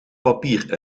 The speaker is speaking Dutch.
papier